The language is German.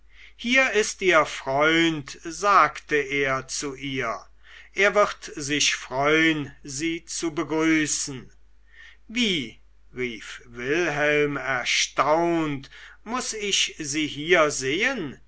hier ist ihr freund sagte er zu ihr er wird sich freun sie zu begrüßen wie rief wilhelm erstaunt muß ich sie hier sehen